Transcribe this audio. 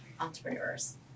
entrepreneurs